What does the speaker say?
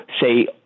say